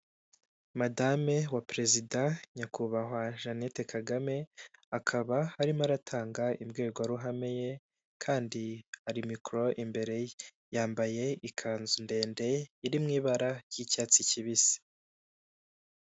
Madame wa perezida nyakubahwa Jeannette kagame, akaba arimo aratanga imbwirwaruhame ye kandi hari mikoro imbere ye kandi yambaye ikanzu ndende iri mu ibara ry'icyatsi kibisi.